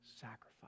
sacrifice